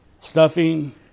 Stuffing